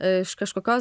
iš kažkokios